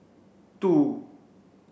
two